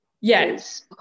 yes